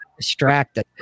distracted